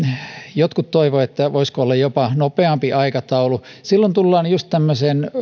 jotkut toivoivat että voisiko olla jopa nopeampi aikataulu silloin tullaan just tämmöiseen